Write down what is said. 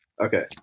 Okay